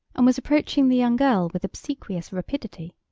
and was approaching the young girl with obsequious rapidity.